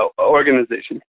organization